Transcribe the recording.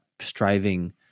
striving